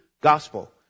gospel